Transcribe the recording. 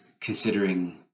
considering